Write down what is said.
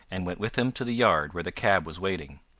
and went with him to the yard where the cab was waiting.